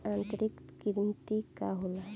आंतरिक कृमि का होला?